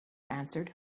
answered